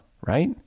right